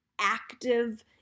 active